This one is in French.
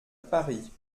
paris